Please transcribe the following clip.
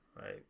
right